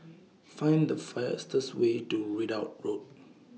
Find The fastest Way to Ridout Road